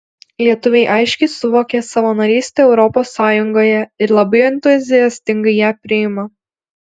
lietuviai aiškiai suvokė savo narystę europos sąjungoje ir labai entuziastingai ją priima